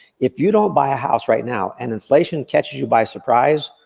if you don't buy a house right now, and inflation catches you by surprise,